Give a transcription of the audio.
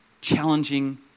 challenging